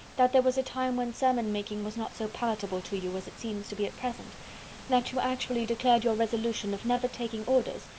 that there was a time, when sermon-making was not so palatable to you as it seems to be at present that you actually declared your resolution of never taking orders,